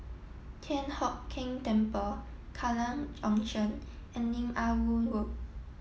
Thian Hock Keng Temple Kallang Junction and Lim Ah Woo Road